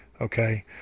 okay